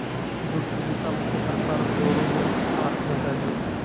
जूटेर दिता मुख्य प्रकार, गोरो जूट आर गहरा जूट